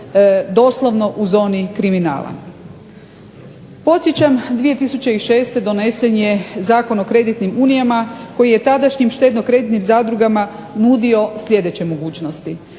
doslovno u zoni kriminala. Podsjećam, 2006. donesen je Zakon o kreditnim unijama koji je tadašnjim štedno-kreditnim zadrugama nudio sljedeće mogućnosti: